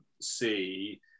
see